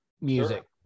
music